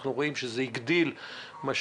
ואנחנו רואים שזה הגדיל משמעותית,